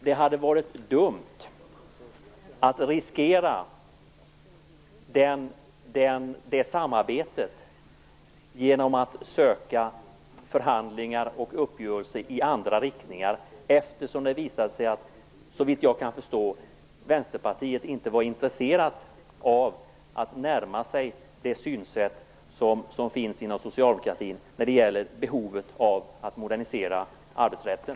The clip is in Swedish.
Det hade varit dumt att riskera det samarbetet genom att söka förhandlingar och uppgörelser i andra riktningar, eftersom det har visat sig, såvitt jag kan förstå, att Vänsterpartiet inte var intresserat av att närma sig det synsätt som finns inom socialdemokratin när det gäller behovet att modernisera arbetsrätten.